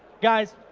guys,